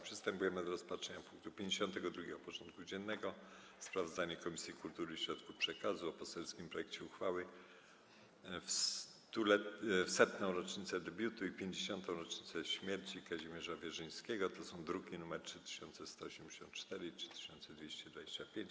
Przystępujemy do rozpatrzenia punktu 52. porządku dziennego: Sprawozdanie Komisji Kultury i Środków Przekazu o poselskim projekcie uchwały w 100. rocznicę debiutu i 50. rocznicę śmierci Kazimierza Wierzyńskiego (druki nr 3184 i 3225)